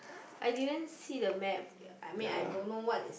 I didn't see the map I mean I don't know what is